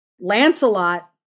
Lancelot